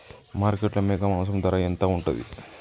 మార్కెట్లో మేక మాంసం ధర ఎంత ఉంటది?